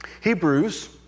Hebrews